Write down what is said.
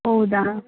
ಹೌದಾ